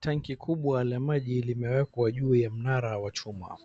Tanki kubwa la maji limekwa juu mnara wa chuma.